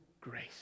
grace